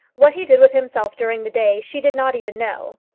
what he did with himself during the day she did not even know.